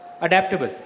adaptable